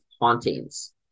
hauntings